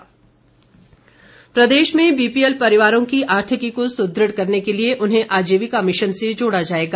वीरेन्द्र कंवर प्रदेश में बीपीएल परिवारों की आर्थिकी को सुदृढ़ करने के लिए उन्हें आजीविका मिशन से जोड़ा जाएगा